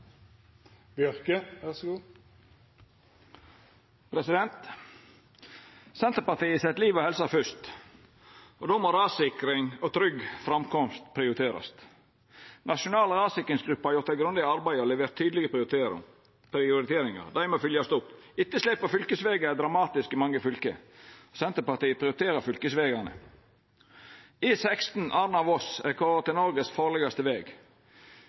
Senterpartiet set liv og helse fyrst. Då må rassikring og trygg framkomst verta prioriterte. Den nasjonale rassikringsgruppa har gjort eit grundig arbeid og levert tydelege prioriteringar, og det må ein fylgja opp. Etterslepet på vedlikehald av fylkesvegane er dramatisk i mange fylke, og Senterpartiet prioriterer fylkesvegane. E16 Arna–Voss er kåra til Noregs farlegaste veg.